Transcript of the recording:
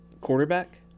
Quarterback